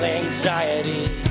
anxiety